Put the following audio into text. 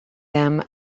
them